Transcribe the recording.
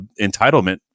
entitlement